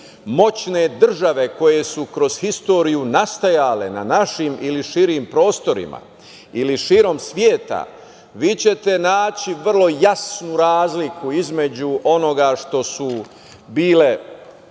moćne države koje su kroz istoriju nastajale na našim ili širim prostorima ili širom sveta, vi ćete naći vrlo jasnu razliku između onoga što su bile